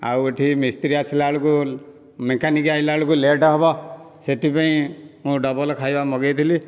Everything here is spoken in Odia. ଆଉ ଏଠି ମିସ୍ତ୍ରୀ ଆସିଲା ବେଳକୁ ମେକାନିକ ଆସିଲା ବେଳକୁ ଲେଟ ହେବ ସେଥିପାଇଁ ମୁଁ ଡବଲ ଖାଇବା ମଗେଇଥିଲି